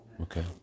Okay